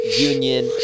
union